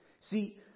See